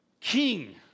king